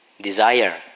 desire